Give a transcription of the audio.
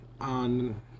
on